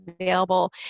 available